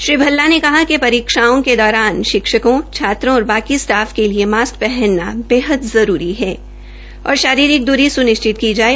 श्रीभल्ला ने कहा कि परीक्षाओं के दौरान शिक्षकों छात्रों और बाकी स्टाफ के लिए मास्क पहनना बेहद जरूरी है और शारीरिक दूरी सुनिश्चित की जाये